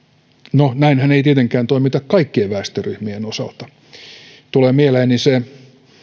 no näinhän ei tietenkään toimita kaikkien väestöryhmien osalta tulee mieleeni se